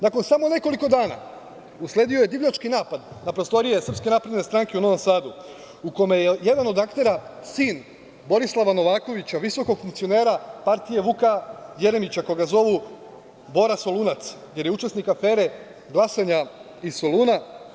Dakle, u samo nekoliko dana usledio je divljači napad na prostorije SNS u Novom Sadu, u kome je jedan od aktera sin Borislava Novakovića, visokog funkcionera partije Vuka Jeremića koga zovu Bora Solunac, jer je učesnik afere glasanja iz Soluna.